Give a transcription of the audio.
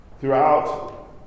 Throughout